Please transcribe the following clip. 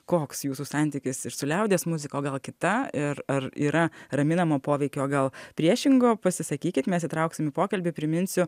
koks jūsų santykis ir su liaudies muzika o gal kita ir ar yra raminamo poveikio o gal priešingo pasisakykit mes įtrauksim į pokalbį priminsiu